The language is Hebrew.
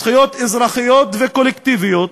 זכויות אזרחיות וקולקטיביות,